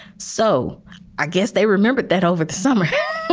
so i guess they remembered that over the summer,